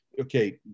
Okay